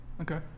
Okay